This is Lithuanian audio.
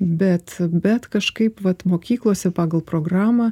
bet bet kažkaip vat mokyklose pagal programą